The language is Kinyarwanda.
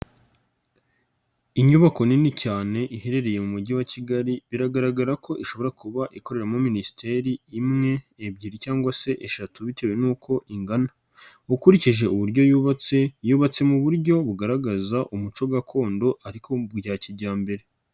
Inyubako nini cyane iherereye mu mujyi wa Kigali, biragaragara ko ishobora kuba ikoreramo minisiteri imwe, ebyiri cyangwa se eshatu bitewe n'uko ingana, ukurikije uburyo yubatse yubatse mu buryo bugaragaza umuco gakondo ariko bya kijyambere.